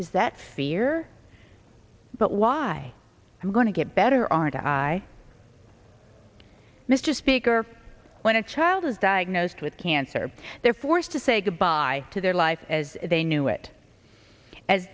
is that fear but why i'm going to get better aren't i mr speaker when a child is diagnosed with cancer they're forced to say goodbye to their life as they knew it as